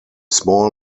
small